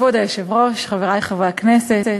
חברי חברי הכנסת,